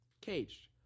caged